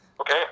Okay